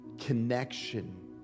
connection